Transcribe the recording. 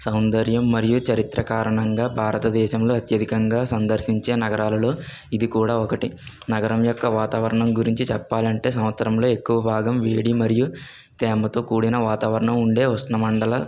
సౌందర్యం మరియు చరిత్ర కారణంగా భారతదేశంలో అత్యధికంగా సందర్శించే నగరాల్లో ఇది కూడా ఒకటి నగరం యొక్క వాతావరణం గురించి చెప్పాలంటే సంవత్సరంలో ఎక్కువ భాగం వేడి మరియు తేమతో కూడిన వాతావరణం ఉండే ఉష్ణమండల